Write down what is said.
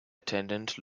attendant